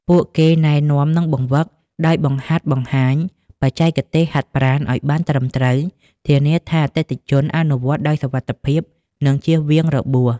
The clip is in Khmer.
ពួកគេណែនាំ និងបង្វឹក ដោយបង្ហាត់បង្ហាញបច្ចេកទេសហាត់ប្រាណឱ្យបានត្រឹមត្រូវ ធានាថាអតិថិជនអនុវត្តន៍ដោយសុវត្ថិភាព និងជៀសវាងរបួស។